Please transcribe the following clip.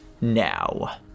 now